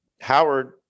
Howard